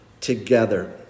together